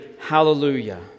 hallelujah